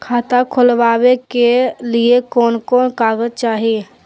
खाता खोलाबे के लिए कौन कौन कागज चाही?